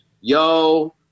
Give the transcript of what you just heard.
yo